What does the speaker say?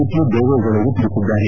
T ದೇವೇಗೌಡರು ತಿಳಿಸಿದ್ದಾರೆ